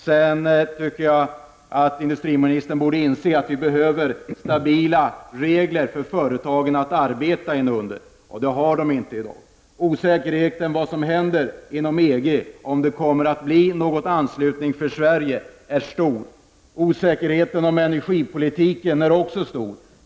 Sedan tycker jag att industriministern borde inse att vi behöver stabila regler för företagen att arbeta inunder, och det har vi inte i dag. Osäkerheten om vad som händer inom EG och om det kommer att bli någon anslutning för Sverige är stor. Osäkerheten om energipolitiken är också stor.